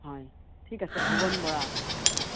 হয় ঠিক আছে ভুবন বৰা অহ